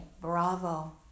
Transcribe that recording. bravo